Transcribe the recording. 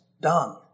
done